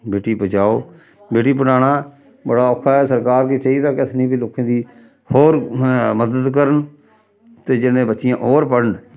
बेटी बचाओ बेटी पढ़ाना बड़ा औखा ऐ सरकार गी चाहिदा कि असें इ'नें लोकें गी होर मदद करन ते जेह्दे कन्नै बच्चियां होर पढ़न